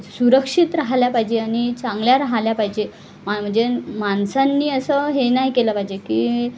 सुरक्षित राहिल्या पाहिजे आणि चांगल्या राहिल्या पाहिजे म्हणजे माणसांनी असं हे नाही केलं पाहिजे की